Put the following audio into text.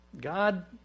God